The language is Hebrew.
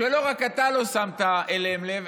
שלא רק אתה לא שמת אליהן לב,